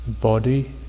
body